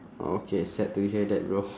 okay sad to hear that bro